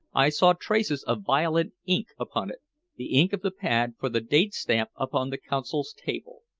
i saw traces of violet ink upon it the ink of the pad for the date-stamp upon the consul's table.